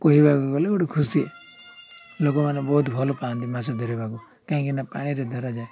କହିବାକୁ ଗଲେ ଗୋଟେ ଖୁସି ଲୋକମାନେ ବହୁତ ଭଲ ପାଆନ୍ତି ମାଛ ଧରିବାକୁ କାହିଁକି ନା ପାଣିରେ ଧରାଯାଏ